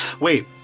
Wait